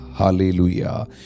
Hallelujah